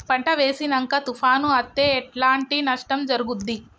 పంట వేసినంక తుఫాను అత్తే ఎట్లాంటి నష్టం జరుగుద్ది?